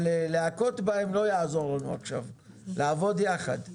אבל להכות בהם - לא יעזור לנו עכשיו אלא לעבוד יחד.